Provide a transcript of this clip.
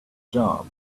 job